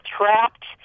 trapped